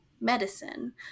medicine